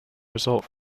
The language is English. result